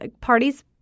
parties –